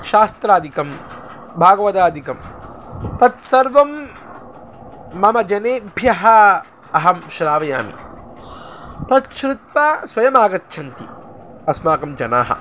शास्त्रादिकं भागवदादिकं तत्सर्वं मम जनेभ्यः अहं श्रावयामि तत्श्रुत्वा स्वयमागच्छन्ति अस्माकं जनाः